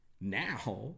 Now